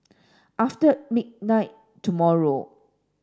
after midnight tomorrow